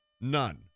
none